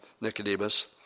Nicodemus